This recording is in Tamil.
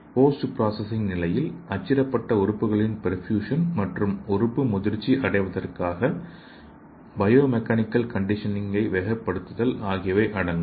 போஸ்ட் பிராசஸிங் நிலையில் அச்சிடப்பட்ட உறுப்புகளின் பெர்பியூஷன் மற்றும் உறுப்பு முதிர்ச்சி அடைவதற்காக பயோமெக்கானிக்கல் கண்டிஷனிங்கை வேகப் படுத்துதல் ஆகியவை அடங்கும்